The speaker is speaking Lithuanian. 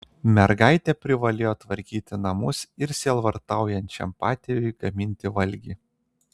mergaitė privalėjo tvarkyti namus ir sielvartaujančiam patėviui gaminti valgį